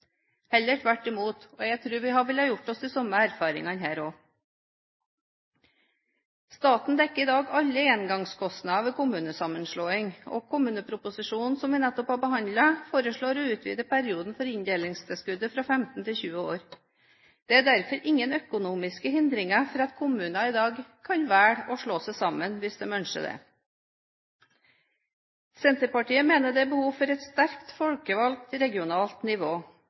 heller tvert imot. Jeg tror vi ville gjort oss de samme erfaringene her. Staten dekker i dag alle engangskostnader ved kommunesammenslåing. Kommuneproposisjonen som vi nettopp har behandlet, foreslår å utvide perioden for inndelingstilskudd fra 15 til 20 år. Det er derfor ingen økonomiske hindringer for at kommuner i dag kan velge å slå seg sammen hvis de ønsker det. Senterpartiet mener det er behov for et sterkt folkevalgt regionalt nivå,